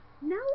No